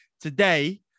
Today